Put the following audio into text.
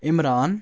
Imran